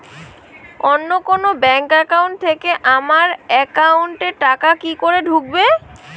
অন্য কোনো bank account থেকে আমার একাউন্ট এ টাকা কি করে ঢুকবে?